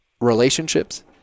relationships